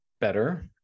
better